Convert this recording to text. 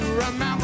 remember